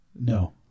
No